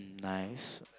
nice